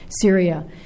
Syria